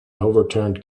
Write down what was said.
overturned